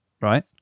right